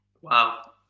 wow